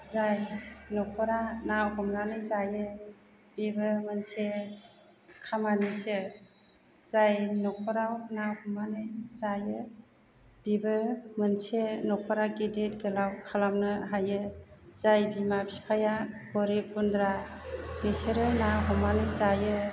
जाय नखरा ना हमनानै जायो बेबो मोनसे खामानिसो जाय नखराव ना हमनानै जायो बेबो मोनसे नखरा गिदिर गोलाव खालामनो हायो जाय बिमा बिफाया गोरिब गुन्द्रा बिसोरो ना हमनानै जायो